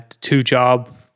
two-job